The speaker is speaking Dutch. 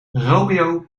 romeo